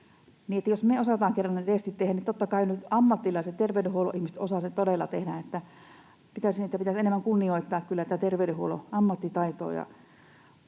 Jos me osaamme kerran ne testit tehdä, niin totta kai nyt ammattilaiset, terveydenhuollon ihmiset, osaavat ne todella tehdä. Pitäisi kyllä enemmän kunnioittaa terveydenhuollon ammattitaitoa.